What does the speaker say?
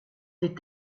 des